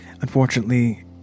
unfortunately